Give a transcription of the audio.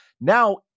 Now